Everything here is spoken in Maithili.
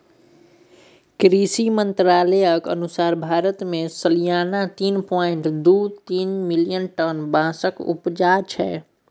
कृषि मंत्रालयक अनुसार भारत मे सलियाना तीन पाँइट दु तीन मिलियन टन बाँसक उपजा छै